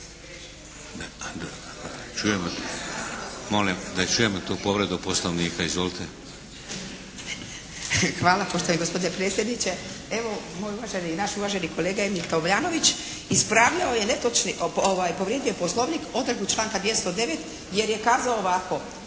**Antičević Marinović, Ingrid (SDP)** Hvala poštovani gospodine predsjedniče. Evo, moj uvaženi, naš uvaženi kolega Emil Tomljanović ispravljao je netočni, povrijedio je Poslovnik odredbu članka 209. jer je kazao ovako.